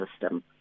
system